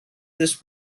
this